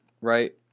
right